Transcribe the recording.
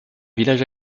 village